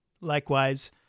Likewise